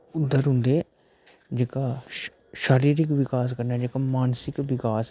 उद्धर तुंदे जेह्का शारीरिक विकास कन्नै जेह्का मानसिक विकास ऐ